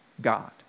God